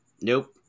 Nope